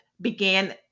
began